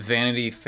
Vanity